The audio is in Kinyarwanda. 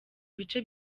bice